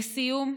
לסיום,